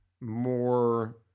more